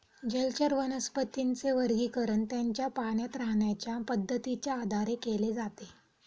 जलचर वनस्पतींचे वर्गीकरण त्यांच्या पाण्यात राहण्याच्या पद्धतीच्या आधारे केले जाते